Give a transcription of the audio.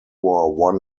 war